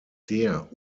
der